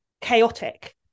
chaotic